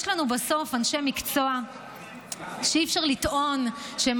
יש לנו בסוף אנשי מקצוע שאי-אפשר לטעון שהם